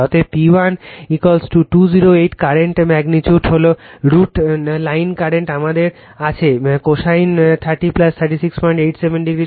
অতএব P1 208 current magnitude হল √ line current আমাদের আছে cosine 30 3687o